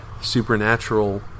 supernatural